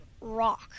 rock